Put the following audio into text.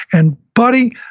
and, buddy,